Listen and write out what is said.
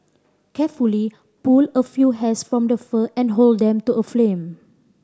carefully pull a few hairs from the fur and hold them to a flame